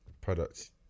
products